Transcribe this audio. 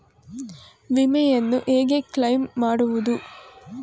ವಿಮೆಯನ್ನು ಹೇಗೆ ಕ್ಲೈಮ್ ಮಾಡುವುದು?